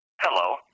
Hello